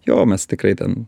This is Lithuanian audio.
jo mes tikrai ten